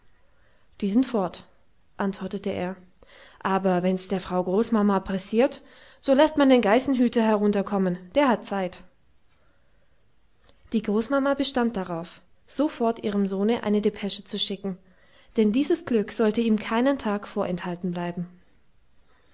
sind fort antwortete er aber wenn's der frau großmama pressiert so läßt man den geißenhüter herunterkommen der hat zeit die großmama bestand darauf sofort ihrem sohne eine depesche zu schicken denn dieses glück sollte ihm keinen tag vorenthalten bleiben